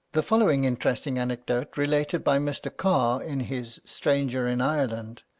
the following interesting anecdote, related by mr. carr in his stranger in ireland,